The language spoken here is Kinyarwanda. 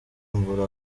mbura